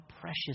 precious